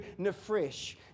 nefresh